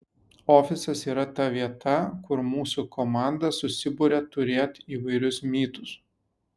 ofisas yra ta vieta kur mūsų komanda susiburia turėt įvairius mytus